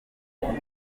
wagiye